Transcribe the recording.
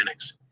organics